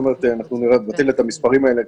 אנחנו נבטל את המספרים האלה,